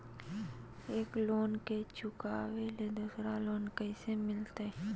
एक लोन के चुकाबे ले दोसर लोन कैसे मिलते?